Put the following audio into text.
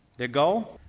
their goal?